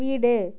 வீடு